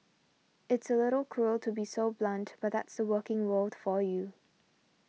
it's a little cruel to be so blunt but that's the working world for you